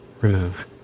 Remove